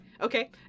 Okay